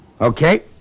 Okay